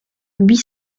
huit